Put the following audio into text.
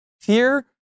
Fear